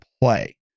play